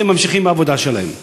איך הם ממשיכים בעבודה שלהם?